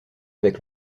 avec